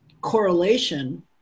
correlation